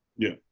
yeah.